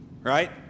right